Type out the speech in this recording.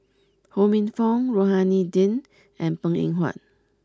Ho Minfong Rohani Din and Png Eng Huat